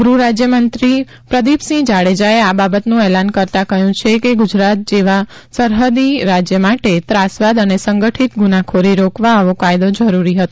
ગૃહરાજયમંત્રી પ્રદીપસિંહ જાડેજાએ આ બાબતનુ એલાન કરતા કહ્યુ છ કે ગુજરાત જેવા સરહદી રાજય માટે ત્રાસવાદ અને સંગઠીત ગુનાખોરી રોકવા આવો કાયદો જરૂરી હતો